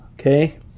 okay